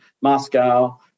Moscow